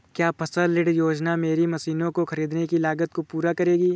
क्या फसल ऋण योजना मेरी मशीनों को ख़रीदने की लागत को पूरा करेगी?